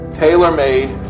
tailor-made